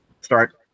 start